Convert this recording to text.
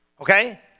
Okay